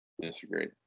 Disagree